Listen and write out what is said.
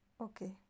okay